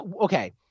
okay –